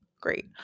great